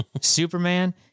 Superman